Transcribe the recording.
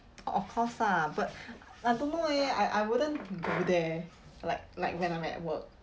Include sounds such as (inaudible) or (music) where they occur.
(noise) of course lah but I don't know eh I I wouldn't go there like like when I'm at work